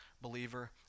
believer